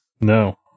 No